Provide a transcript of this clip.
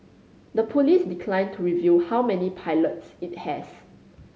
the police declined to reveal how many pilots it has